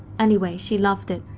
anyway, she loved it,